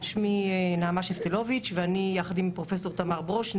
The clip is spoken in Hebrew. שמי נעמה שפטלוביץ' ויחד עם פרופ' תמר ברוש אני